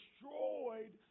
destroyed